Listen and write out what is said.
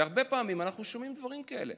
והרבה פעמים אנחנו שומעים דברים כאלה.